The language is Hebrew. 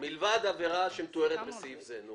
עבירה שמתוארת בסעיף זה.